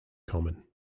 common